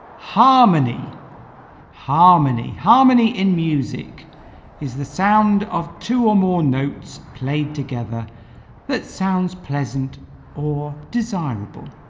harmony harmony harmony in music is the sound of two or more notes played together that sounds pleasant or desirable